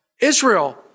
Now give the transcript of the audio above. Israel